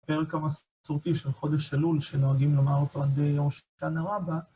פרק המסורתי של חודש אלול, שנוהגים לומר אותו עד יום הושענא רבה,